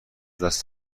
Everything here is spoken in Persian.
دست